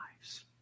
lives